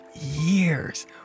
years